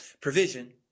provision